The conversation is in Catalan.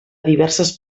diverses